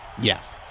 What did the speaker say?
Yes